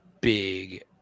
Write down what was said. big